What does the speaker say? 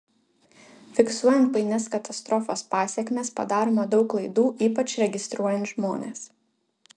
fiksuojant painias katastrofos pasekmes padaroma daug klaidų ypač registruojant žmones